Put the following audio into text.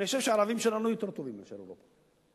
אני חושב שהערבים שלנו טובים יותר מאשר באירופה.